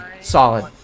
solid